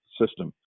system